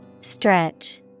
Stretch